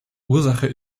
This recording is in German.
ursache